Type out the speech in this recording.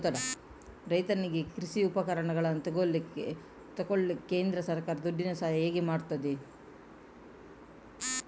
ರೈತನಿಗೆ ಕೃಷಿ ಉಪಕರಣಗಳನ್ನು ತೆಗೊಳ್ಳಿಕ್ಕೆ ಕೇಂದ್ರ ಸರ್ಕಾರ ದುಡ್ಡಿನ ಸಹಾಯ ಹೇಗೆ ಮಾಡ್ತದೆ?